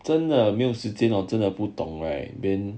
真的没有时间 or 真的不懂 right then